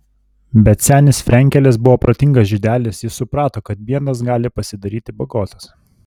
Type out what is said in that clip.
bet senis frenkelis buvo protingas žydelis jis suprato kad biednas gali pasidaryti bagotas